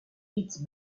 pete